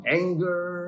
anger